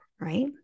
right